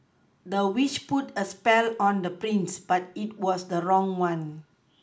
the witch put a spell on the prince but it was the wrong one